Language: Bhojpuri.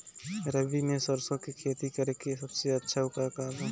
रबी में सरसो के खेती करे के सबसे अच्छा उपाय का बा?